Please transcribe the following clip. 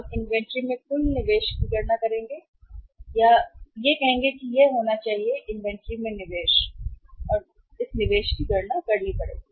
हमें इन्वेंट्री में कुल निवेश की गणना करनी होगी यह होना चाहिए कि इन्वेंट्री में निवेश और निवेश क्या है हमें गणना करना होगा